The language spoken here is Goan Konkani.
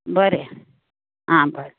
बरें आं बरें